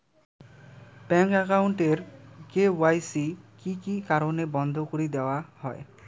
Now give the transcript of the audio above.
Bank account এর KYC কি কি কারণে বন্ধ করি দেওয়া হয়?